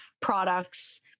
products